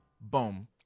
Boom